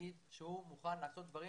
יגיד שהוא מוכן לעשות דברים